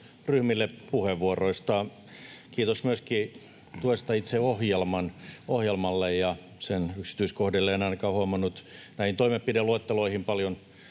ryhmille puheenvuoroista. Kiitos myöskin tuesta itse ohjelmalle ja sen yksityiskohdille. En ainakaan huomannut näihin toimenpideluetteloihin paljon